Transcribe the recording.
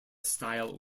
style